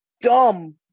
dumb